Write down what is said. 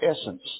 essence